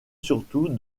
surtout